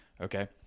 Okay